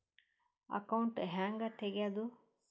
Account ಹ್ಯಾಂಗ ತೆಗ್ಯಾದು?